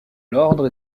l’ordre